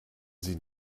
sie